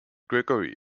gregory